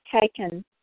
taken